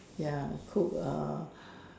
ya cook err